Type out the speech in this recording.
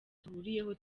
duhuriyeho